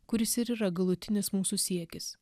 kuris ir yra galutinis mūsų siekis